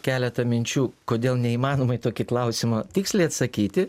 keletą minčių kodėl neįmanoma į tokį klausimą tiksliai atsakyti